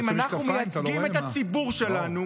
אנחנו מייצגים את הציבור שלנו,